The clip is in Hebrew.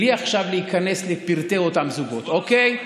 בלי להיכנס לפרטי אותם זוגות עכשיו.